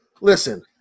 listen